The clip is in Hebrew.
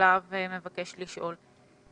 להב מבקש לשאול.